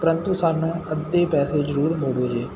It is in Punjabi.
ਪਰੰਤੂ ਸਾਨੂੰ ਅੱਧੇ ਪੈਸੇ ਜ਼ਰੂਰ ਮੋੜੋ ਜੀ